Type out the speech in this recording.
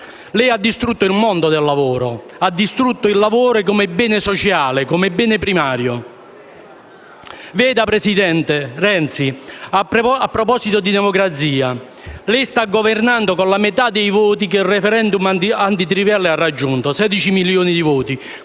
Lei ha distrutto il mondo del lavoro, ha distrutto il lavoro come bene sociale, come bene primario. Presidente Renzi, a proposito di democrazia, lei sta governando con la metà dei voti che il *referendum* antitrivelle ha raggiunto (16 milioni di voti,